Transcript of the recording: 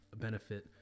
benefit